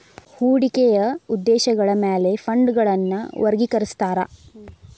ಹೂಡಿಕೆಯ ಉದ್ದೇಶಗಳ ಮ್ಯಾಲೆ ಫಂಡ್ಗಳನ್ನ ವರ್ಗಿಕರಿಸ್ತಾರಾ